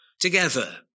together